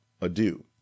adieu